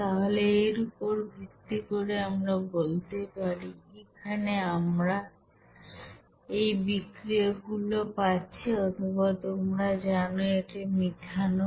তাহলে এর উপর ভিত্তি করে আমরা বলতে পারি এখানে আমরাই বিক্রিয়কগুলো পাচ্ছি অথবা তোমরা জানো এটা মিথানল